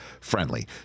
friendly